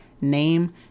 name